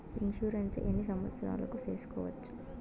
Insurance ఎన్ని సంవత్సరాలకు సేసుకోవచ్చు?